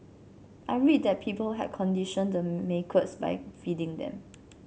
I read that people had conditioned the macaques by feeding them